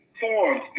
forms